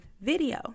video